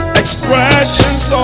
expressions